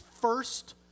first